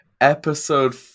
Episode